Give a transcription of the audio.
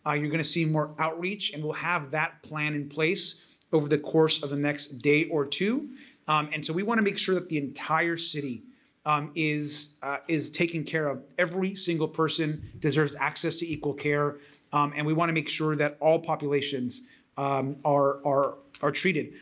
ah you're going to see more outreach, and we'll have that plan in place over the course of the next day or two and so we want to make sure that the entire city um is is taking care. every single person deserves access to equal care um and we want to make sure that all populations are are treated.